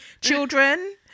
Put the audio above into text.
Children